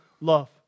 love